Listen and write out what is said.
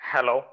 Hello